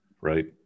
right